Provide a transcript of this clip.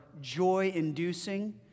joy-inducing